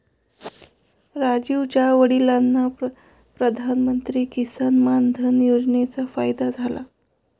राजीवच्या वडिलांना प्रधानमंत्री किसान मान धन योजनेचा फायदा झाला